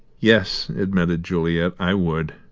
yes, admitted juliet, i would.